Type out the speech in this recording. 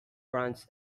brands